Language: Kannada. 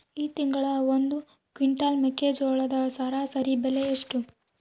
ಈ ತಿಂಗಳ ಒಂದು ಕ್ವಿಂಟಾಲ್ ಮೆಕ್ಕೆಜೋಳದ ಸರಾಸರಿ ಬೆಲೆ ಎಷ್ಟು?